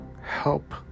help